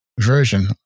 version